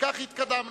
וכך התקדמנו.